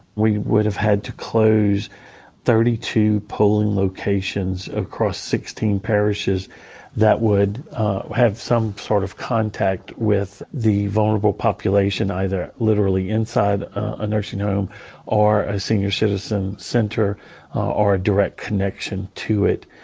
we would've had to close thirty two polling locations across sixteen parishes that would have some sort of contact with the vulnerable population, either literally inside a nursing home or a senior citizen center or a direct connection to it.